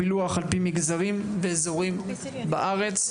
פילוח לפי מגזרים ואזורים בארץ.